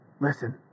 Listen